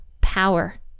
power